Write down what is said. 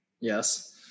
Yes